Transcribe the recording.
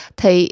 thì